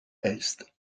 est